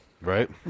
right